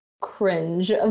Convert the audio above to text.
cringe